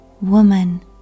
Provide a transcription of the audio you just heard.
woman